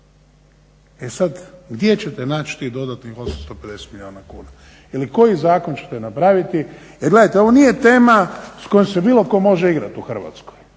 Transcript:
E sad, gdje ćete naći tih dodatnih 850 milijuna kuna? Ili koji zakon ćete napraviti jer gledajte ovo nije tema s kojom se bilo tko može igrati u Hrvatskoj.